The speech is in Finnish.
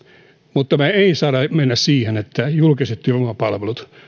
mutta me emme saa mennä siihen että julkiset työvoimapalvelut